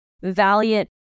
valiant